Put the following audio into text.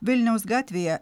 vilniaus gatvėje